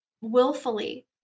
willfully